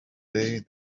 day